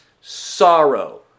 sorrow